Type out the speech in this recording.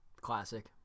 Classic